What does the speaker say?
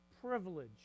privilege